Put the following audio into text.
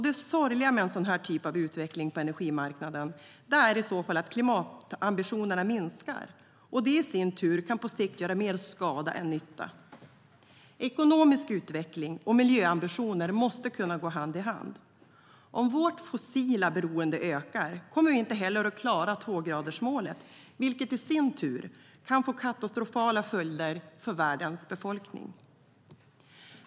Det sorgliga med en sådan här typ av utveckling på energimarknaden är att klimatambitionerna minskar, och det kan i sin tur på sikt göra mer skada än nytta. Ekonomisk utveckling och miljöambitioner måste kunna gå hand i hand. Om vårt fossila beroende ökar kommer vi inte heller att klara tvågradersmålet, vilket i sin tur kan få katastrofala följder för världens befolkning.